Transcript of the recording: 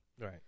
Right